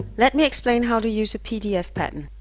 let me explain how to use a pdf pattern.